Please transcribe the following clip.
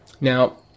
Now